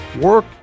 work